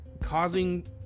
causing